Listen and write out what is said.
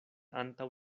antaŭ